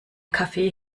kaffee